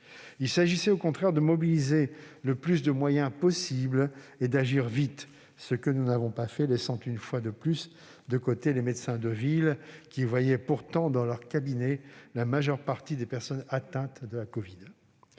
Il s'agissait au contraire de mobiliser le plus de moyens humains possible et d'agir vite, ce que nous n'avons pas fait, laissant une fois de plus de côté les médecins de ville, qui voyaient pourtant dans leurs cabinets la majeure partie des personnes atteintes de la covid-19.